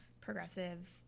progressive